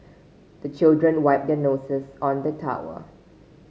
the children wipe their noses on the towel